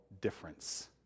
difference